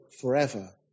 forever